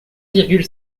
virgule